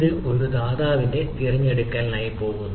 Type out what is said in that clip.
ഇത് ഒരു ദാതാവിന്റെ തിരഞ്ഞെടുപ്പിനായി പോകുന്നു